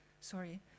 Sorry